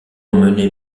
emmené